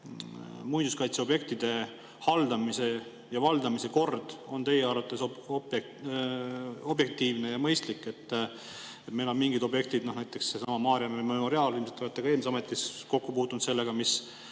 muinsuskaitseobjektide haldamise ja valdamise kord on teie arvates objektiivne ja mõistlik? Meil on mingid objektid, näiteks seesama Maarjamäe memoriaal – ilmselt te ka eelmises ametis puutusite sellega